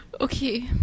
Okay